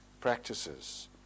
practices